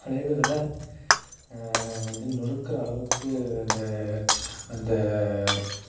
அலைவுகளை வந்து நொறுக்கிற அளவுக்கு அந்த அந்த